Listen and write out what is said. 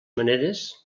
maneres